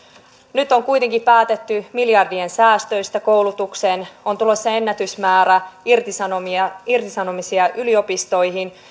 nyt on kuitenkin päätetty miljardien säästöistä koulutukseen on tulossa ennätysmäärä irtisanomisia irtisanomisia yliopistoihin